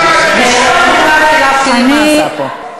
אמירה שלך, תראי מה עשתה פה.